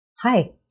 Hi